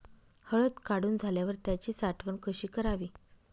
हळद काढून झाल्यावर त्याची साठवण कशी करावी?